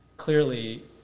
Clearly